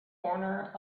corner